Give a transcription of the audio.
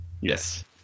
Yes